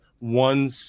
One